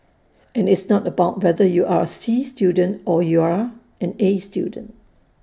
and it's not about whether you are A C student or you're an A student